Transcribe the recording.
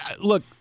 look